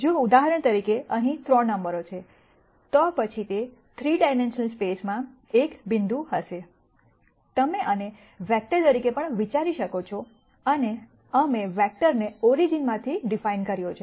જો ઉદાહરણ તરીકે અહીં 3 નંબરો છે તો પછી તે 3 ડાઈમેન્શનલ સ્પેસમાં એક બિંદુ હશે તમે આને વેક્ટર તરીકે પણ વિચારી શકો છો અને અમે વેક્ટરને ઓરિજીન માંથી ડિફાઇન કર્યો છે